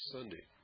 Sunday